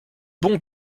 bon